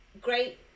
Great